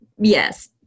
Yes